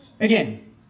Again